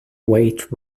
weight